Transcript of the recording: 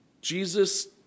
Jesus